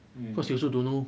ya